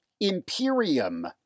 Imperium